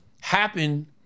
happen